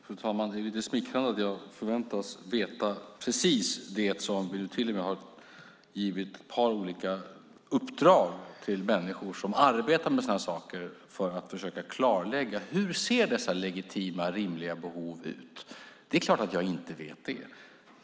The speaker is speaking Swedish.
Fru talman! Det är smickrande att jag förväntas veta precis det vi till och med har givit i uppdrag till människor som arbetar med sådana här saker att försöka klarlägga, nämligen: Hur ser dessa legitima, rimliga behov ut? Det är klart att jag inte vet det.